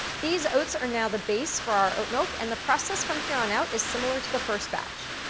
these oats are now the base for our oat milk, and the process from here on out is similar to the first batch.